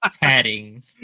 padding